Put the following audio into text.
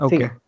Okay